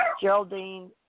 Geraldine